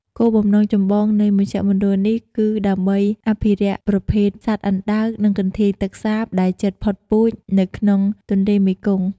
គោលបំណងចម្បងនៃមជ្ឈមណ្ឌលនេះគឺដើម្បី អភិរក្សប្រភេទសត្វអណ្ដើក និងកន្ធាយទឹកសាបដែលជិតផុតពូជ នៅក្នុងទន្លេមេគង្គ ។